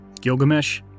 Gilgamesh